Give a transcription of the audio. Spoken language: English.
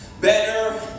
better